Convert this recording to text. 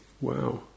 wow